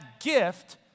gift